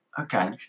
Okay